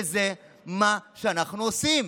וזה מה שאנחנו עושים,